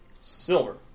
Silver